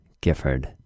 Gifford